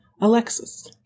Alexis